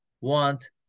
want